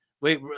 wait